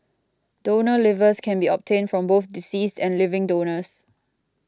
donor livers can be obtained from both deceased and living donors